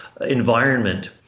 environment